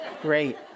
great